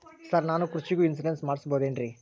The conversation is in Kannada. ಸರ್ ನಾನು ಕೃಷಿಗೂ ಇನ್ಶೂರೆನ್ಸ್ ಮಾಡಸಬಹುದೇನ್ರಿ?